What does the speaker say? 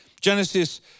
Genesis